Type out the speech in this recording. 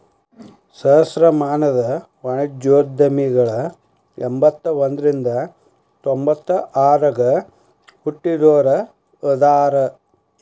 ಸಹಸ್ರಮಾನದ ವಾಣಿಜ್ಯೋದ್ಯಮಿಗಳ ಎಂಬತ್ತ ಒಂದ್ರಿಂದ ತೊಂಬತ್ತ ಆರಗ ಹುಟ್ಟಿದೋರ ಅದಾರ